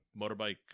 motorbike